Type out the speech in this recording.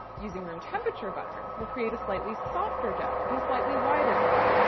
using room temperature butter will create a slightly softer dough and a slightly wider cookie.